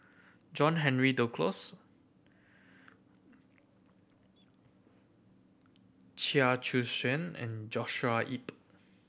John Henry Duclos Chia Choo Suan and Joshua Ip